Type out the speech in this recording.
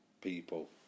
people